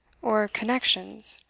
or connections?